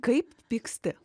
kai pyksti